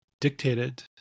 dictated